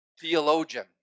theologian